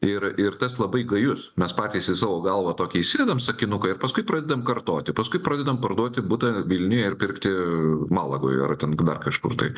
ir ir tas labai gajus mes patys į savo galvą tokia įsėdam sakinuką ir paskui pradedame kartoti paskui pradedame parduoti butą vilniuje ir pirkti malagoje ar ten dar kažkur tai